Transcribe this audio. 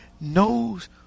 knows